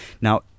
Now